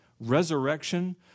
resurrection